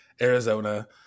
Arizona